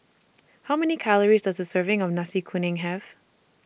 How Many Calories Does A Serving of Nasi Kuning Have